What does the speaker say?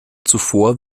zuvor